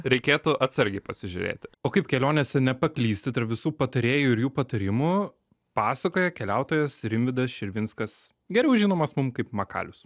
reikėtų atsargiai pasižiūrėti o kaip kelionėse nepaklysti tarp visų patarėjų ir jų patarimų pasakoja keliautojas rimvydas širvinskas geriau žinomas mums kaip makalius